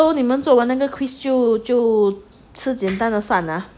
so 你们做过那个 quiz 就就吃简单的饭啊